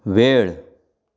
वेळ